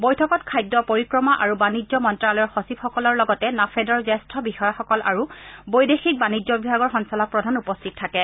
বৈঠকত খাদ্য পৰিক্ৰমা আৰু বাণিজ্য মন্ত্যালয়ৰ সচিবসকলৰ লগতে নাফেডৰ জ্যেষ্ঠ বিষয়াসকল আৰু বৈদেশিক বাণিজ্য বিভাগৰ সঞ্চালকপ্ৰধান উপস্থিত থাকে